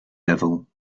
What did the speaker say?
level